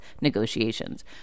negotiations